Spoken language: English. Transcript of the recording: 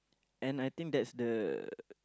and I think that's the